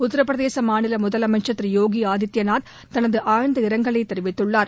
உத்தரப்பிரதேச மாநில முதலமைச்சர் திரு யோகி ஆதித்யநாத் தனது ஆழ்ந்த இரங்கலை தெரிவித்துள்ளார்